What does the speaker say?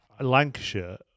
Lancashire